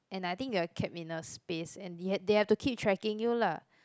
and I think you're kept in a space and th~ they have to keep tracking you lah